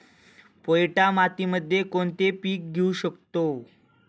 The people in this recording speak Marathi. पोयटा मातीमध्ये कोणते पीक घेऊ शकतो?